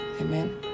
Amen